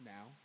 Now